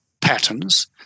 patterns